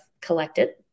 collected